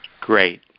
Great